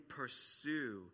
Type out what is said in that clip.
pursue